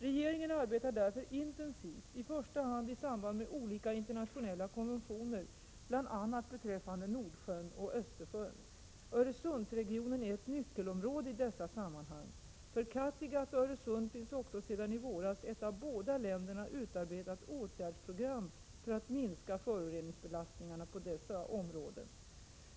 Regeringen arbetar därför intensivt i första hand i samband med olika internationella konventioner bl.a. beträffande Nordsjön och Östersjön. Öresundsregionen är ett nyckelområde i dessa sammanhang. För Kattegatt och Öresund finns också sedan i våras ett av båda länderna utarbetat åtgärdsprogram för att minska föroreningsbelastningen på dessa områden.